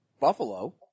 Buffalo